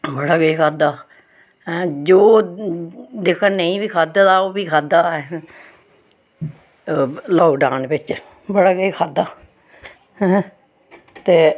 बड़ा किश खाद्धा हैं जो जेह्का नेईं बी खाद्धे दा हा ओह् बी खाद्धा असें लाकडाउन बिच्च बड़ा किश खाद्धा हैं ते